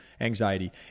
anxiety